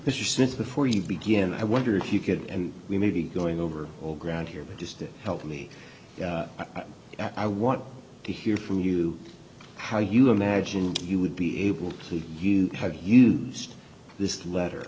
this since before you begin i wonder if you could and we may be going over old ground here but just to help me i want to hear from you how you imagine you would be able to have used this letter